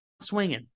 swinging